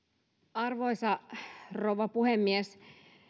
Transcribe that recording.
arvoisa rouva puhemies